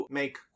make